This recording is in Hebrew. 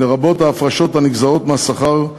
לרבות ההפרשות הנגזרות מהשכר,